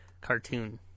cartoon